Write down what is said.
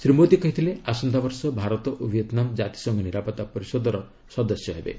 ଶ୍ରୀ ମୋଦୀ କହିଛନ୍ତି ଆସନ୍ତାବର୍ଷ ଭାରତ ଓ ଭିଏତ୍ନାମ ଜାତିସଂଘ ନିରାପତ୍ତା ପରିଷଦର ସଦସ୍ୟ ହେବେ